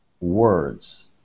words